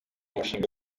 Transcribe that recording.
mushinga